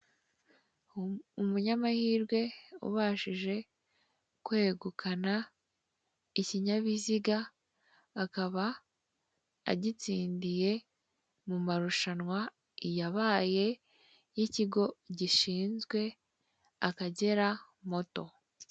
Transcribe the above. Umunyamahirwe ubashije kwegukana ikinyabiziga, akaba agitsindiye mu marushanwa yabaye y'ikigo gishinzwe Akagera moto.